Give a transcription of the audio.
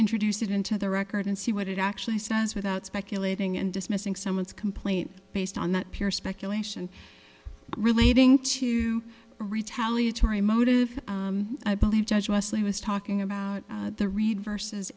introduce it into the record and see what it actually says without speculating and dismissing someone's complaint based on that pure speculation relating to retaliatory motive i believe judge leslie was talking about the reid versus